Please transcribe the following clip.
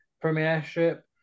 Premiership